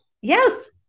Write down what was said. yes